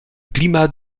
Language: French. climat